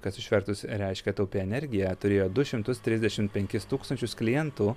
kas išvertus reiškia taupi energija turėjo du šimtus trisdešim penkis tūkstančius klientų